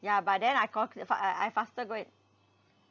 ya but then I call co~ for I I faster go and